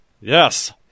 Yes